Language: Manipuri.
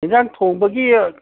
ꯑꯦꯟꯁꯥꯡ ꯊꯣꯡꯕꯒꯤ